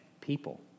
people